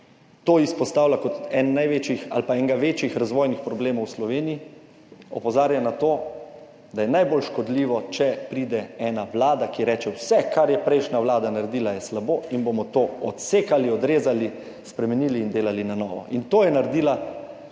to izpostavlja kot eden največjih ali pa enega večjih razvojnih problemov v Sloveniji. Opozarja na to, da je najbolj škodljivo, če pride ena vlada, ki reče vse kar je prejšnja vlada naredila je slabo in bomo to odsekali, odrezali, spremenili in delali na novo. In to je naredila